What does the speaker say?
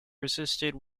resisted